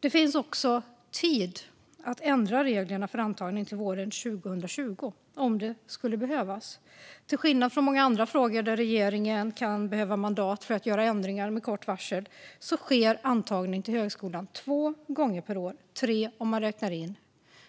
Det finns också tid att ändra reglerna för antagning till våren 2022 om det skulle behövas. Till skillnad från många andra frågor där regeringen kan behöva mandat för att göra ändringar med kort varsel sker antagning till högskolan två gånger per år - tre om man räknar in